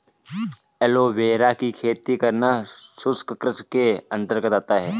aloe vera की खेती करना शुष्क कृषि के अंतर्गत आता है